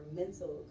mental